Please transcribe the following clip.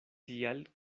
tial